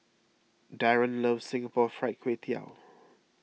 Daren loves Singapore Fried Kway Tiao